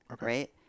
right